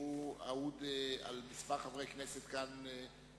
שהוא אהוד על כמה חברי כנסת כאן,